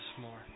more